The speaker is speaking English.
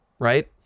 right